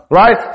right